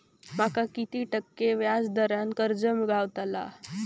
माका किती टक्के व्याज दरान कर्ज गावतला?